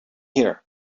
here